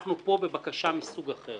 אנחנו פה בבקשה מסוג אחר